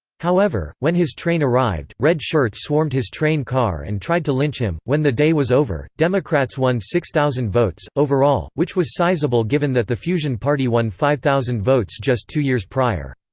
however, when his train arrived, red shirts swarmed his train car and tried to lynch him when the day was over, democrats won six thousand votes, overall, which was sizable given that the fusion party won five thousand votes just two years prior.